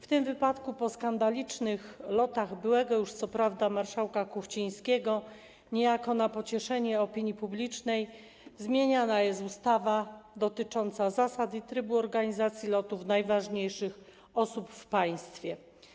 W tym wypadku po skandalicznych lotach byłego już co prawda marszałka Kuchcińskiego niejako na pocieszenie opinii publicznej zmieniana jest ustawa dotycząca zasad i trybu organizacji lotów najważniejszych osób w państwie.